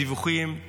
לפי הדיווחים.